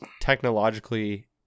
technologically